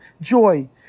joy